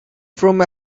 from